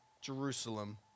Jerusalem